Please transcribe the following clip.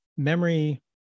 Memory